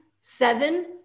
seven